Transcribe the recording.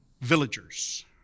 villagers